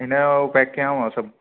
इनजो पैक कयांव सभु